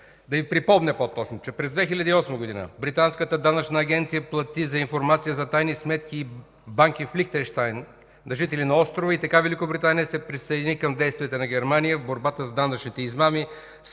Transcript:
да Ви припомня, че през 2008 г. британската данъчна агенция плати за информация за тайни сметки и банки в Лихтенщайн на жители на Острова и така Великобритания се присъедини към действията на Германия в борбата с данъчните измами.